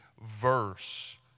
verse